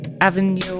avenue